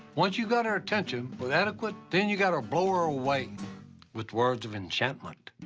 once you got her attention with adequate, then you gotta blow er away with words of enchantment.